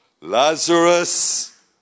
Lazarus